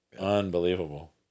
Unbelievable